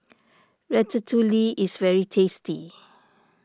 Ratatouille is very tasty